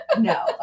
no